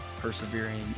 persevering